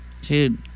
Dude